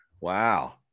Wow